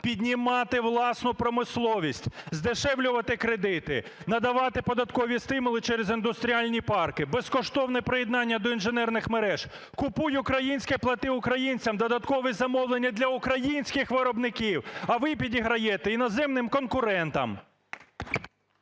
команда:піднімати власну промисловість, здешевлювати кредити, надавати додаткові стимули через індустріальні парки, безкоштовне приєднання до інженерних мереж, "Купуй українське, плати українцям!", додаткові замовлення для українських виробників, – а ви підіграєте іноземним конкурентам.